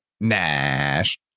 Nash